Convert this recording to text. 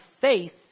faith